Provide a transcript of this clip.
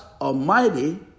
Almighty